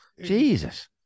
Jesus